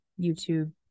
YouTube